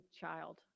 child